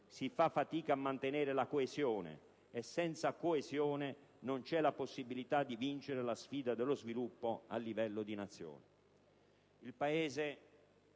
si fa fatica a mantenere la coesione e senza coesione non c'è la possibilità di vincere la sfida dello sviluppo a livello di Nazione. Il Paese,